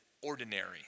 ordinary